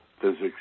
physics